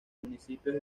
municipios